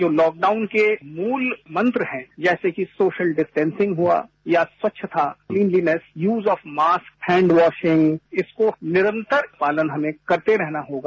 जो लॉकडाउन के मूल मंत्र हैं जैसे कि सोशल डिस्टेंसिंग हुआ या स्वच्छता cleanliness use of mask hand washing इसको निरंतर पालन हमें करते रहना होगा